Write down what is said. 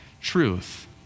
truth